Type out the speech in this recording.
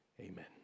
amen